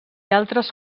altres